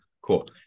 cool